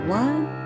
one